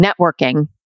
networking